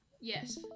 yes